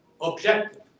objective